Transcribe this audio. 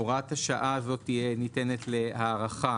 הוראת השעה הזאת תהיה ניתנת להארכה